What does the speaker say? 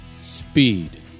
speed